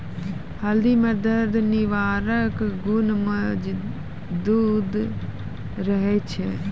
हल्दी म दर्द निवारक गुण मौजूद रहै छै